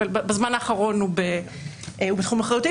בזמן האחרון,